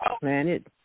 planet